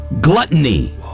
gluttony